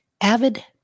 avid